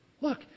Look